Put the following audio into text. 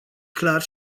clar